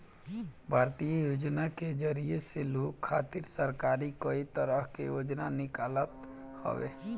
भारतीय योजना के जरिया से लोग खातिर सरकार कई तरह के योजना निकालत हवे